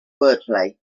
wordplay